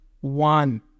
one